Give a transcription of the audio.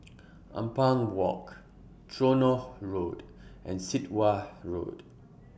Ampang Walk Tronoh Road and Sit Wah Road